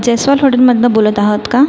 जयस्वाल हॉटेलमधनं बोलत आहात का